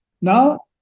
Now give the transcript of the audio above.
Now